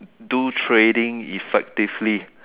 do trading effectively